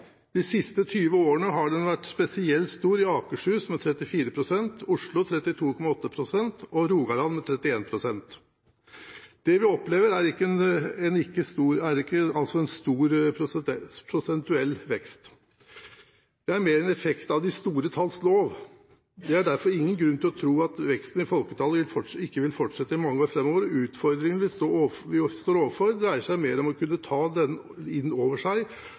De siste 20 årene har den vært spesielt stor i Akershus, Oslo og Rogaland, med henholdsvis 34 pst., 32,8 pst. og 31 pst. Det vi opplever, er ikke en stor prosentuell vekst. Det er mer en effekt av de store talls lov. Det er derfor ingen grunn til å tro at veksten i folketallet ikke vil fortsette i mange år framover. Utfordringene vi står overfor, dreier seg mer om å kunne ta den inn over seg